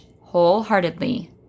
wholeheartedly